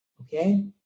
okay